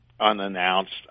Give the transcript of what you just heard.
unannounced